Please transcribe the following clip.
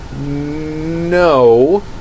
no